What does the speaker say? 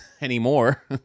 anymore